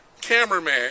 Cameraman